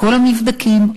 בכל המבדקים,